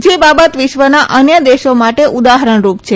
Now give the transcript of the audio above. જે બાબત વિશ્વના અન્ય દેશો માટે ઉદાહરણરૂપ છે